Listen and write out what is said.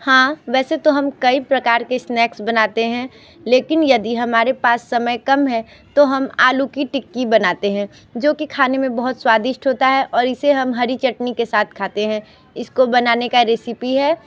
हाँ वैसे तो हम कई प्रकार के स्नैक्स बनाते हैं लेकिन यदि हमारे पास समय काम है तो हम आलू की टिक्की बनाते हैं जो कि खाने में बहुत स्वादिष्ट होता है और इसे हम हरी चटनी के साथ खाते हैं इसको बनाने का रेसिपी है